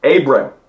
Abram